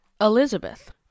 Elizabeth